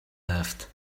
left